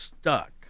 stuck